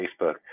Facebook